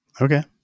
Okay